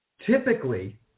typically